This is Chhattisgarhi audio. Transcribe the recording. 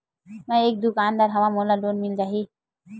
मै एक दुकानदार हवय मोला लोन मिल जाही?